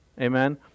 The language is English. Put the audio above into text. amen